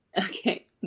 Okay